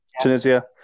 Tunisia